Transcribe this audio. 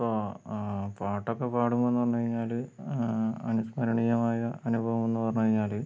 ഇപ്പോൾ പാട്ടൊക്കെ പാടും എന്ന് പറഞ്ഞ് കഴിഞ്ഞാൽ അനുസ്മരണീയമായ അനുഭവം എന്ന് പറഞ്ഞു കഴിഞ്ഞാൽ